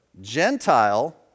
Gentile